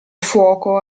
fuoco